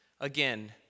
again